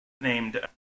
named